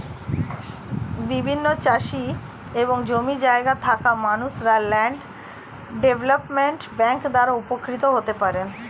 বিভিন্ন চাষি এবং জমি জায়গা থাকা মানুষরা ল্যান্ড ডেভেলপমেন্ট ব্যাংক দ্বারা উপকৃত হতে পারেন